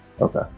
Okay